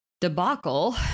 debacle